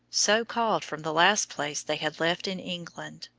so called from the last place they had left in england.